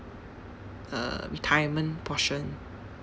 uh retirement portion